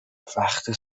وقتی